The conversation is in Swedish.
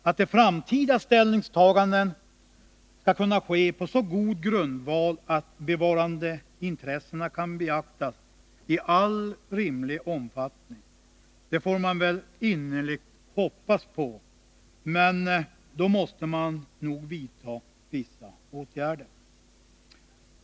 Att framtida ställningstaganden skall kunna ske på så god grundval att bevarandeintressena kan beaktas i all rimlig omfattning får man väl innerligt hoppas på, men då måste nog vissa åtgärder vidtas.